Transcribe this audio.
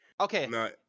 okay